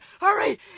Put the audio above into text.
Hurry